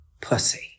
pussy